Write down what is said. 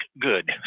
good